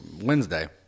Wednesday